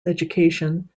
education